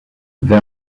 they